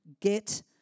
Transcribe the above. get